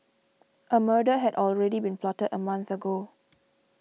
a murder had already been plotted a month ago